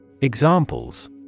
Examples